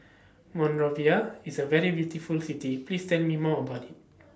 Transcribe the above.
Monrovia IS A very beautiful City Please Tell Me More about IT